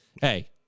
Hey